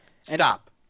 Stop